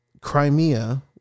Crimea